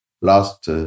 last